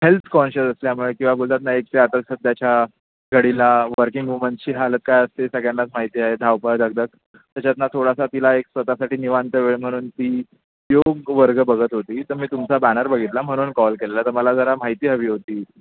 health conscious असल्यामुळे किंवा बोलतात ना एक ते आता सध्याच्या घडीला वर्किंग वुमन्सची हालत काय असते सगळ्यांनाच माहिती आहे धावपळ दगदग त्याच्यातनं थोडासा तिला एक स्वतःसाठी निवांत वेळ म्हणून ती योग वर्ग बघत होती तर मी तुमचा बॅनर बघितला म्हणून कॉल केलेला तर मला जरा माहिती हवी होती